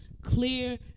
Clear